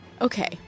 Okay